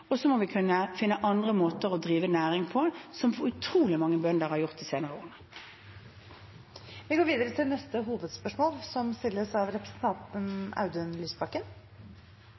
og så må vi kunne finne andre måter å drive næring på, noe utrolig mange bønder har gjort de senere årene. Vi går til neste hovedspørsmål.